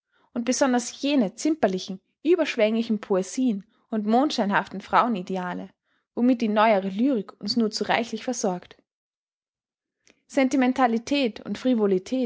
und besonders jene zimperlichen überschwänglichen poesien und mondscheinhaften frauenideale womit die neuere lyrik uns nur zu reichlich versorgt sentimentalität und